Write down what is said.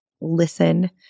listen